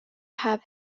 have